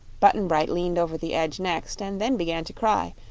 button-bright leaned over the edge next, and then began to cry,